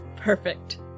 perfect